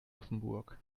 offenburg